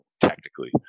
technically